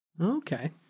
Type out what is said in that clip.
Okay